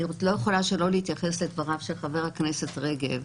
אני לא יכולה לא להתייחס לדבריו של חבר הכנסת רגב.